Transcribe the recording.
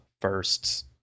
firsts